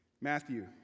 Matthew